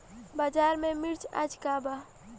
बाजार में मिर्च आज का बा?